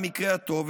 במקרה הטוב,